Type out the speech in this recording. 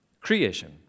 Creation